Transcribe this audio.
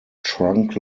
trunk